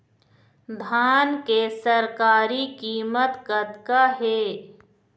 धान के सरकारी कीमत कतका हे?